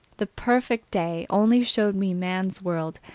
the perfect day only showed me man's world,